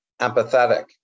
empathetic